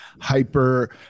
hyper